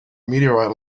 meteorite